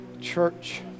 church